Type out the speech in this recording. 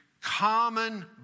common